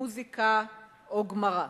מוזיקה או גמרא.